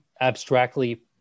abstractly